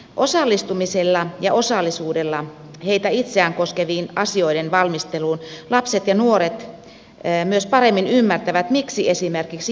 osallistumisella ja osallisuudella heitä itseään koskevien asioiden valmisteluun lapset ja nuoret myös paremmin ymmärtävät miksi esimerkiksi järjestyssääntöjä tarvitaan